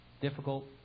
difficult